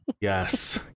Yes